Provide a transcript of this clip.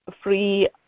free